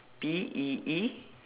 P E E